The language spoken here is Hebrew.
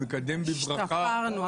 השתפרנו.